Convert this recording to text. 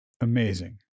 amazing